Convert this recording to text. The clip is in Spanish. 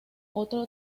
otro